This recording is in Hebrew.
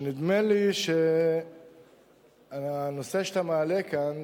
נדמה לי שהנושא שאתה מעלה כאן,